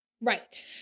Right